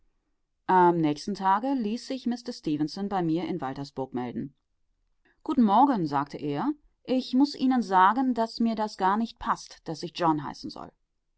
am nächsten tage ließ sich mister stefenson bei mir in waltersburg melden guten morgen sagte er ich muß ihnen sagen daß mir das gar nicht paßt daß ich john heißen soll